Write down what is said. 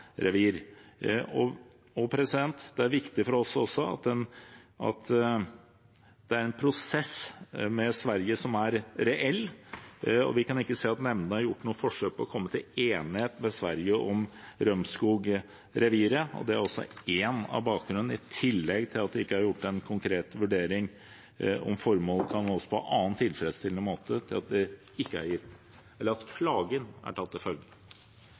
Det er viktig for oss at det er en prosess med Sverige som er reell, og vi kan ikke se at nemndene har gjort noe forsøk på å komme til enighet med Sverige om Rømskog-reviret. Det er litt av bakgrunnen for at klagen er tatt til følge, i tillegg til at det ikke er gjort en konkret vurdering av om formålet kan nås på annen tilfredsstillende måte. Debatten i sak nr. 4 er